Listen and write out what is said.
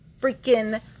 freaking